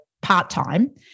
part-time